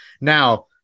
Now